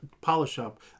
polish-up